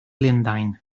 lundain